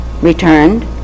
returned